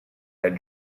had